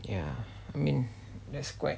ya I mean that's quite